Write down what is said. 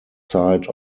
side